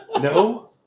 No